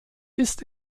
ist